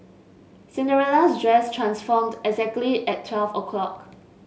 Cinderella's dress transformed exactly at twelve o' clock